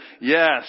yes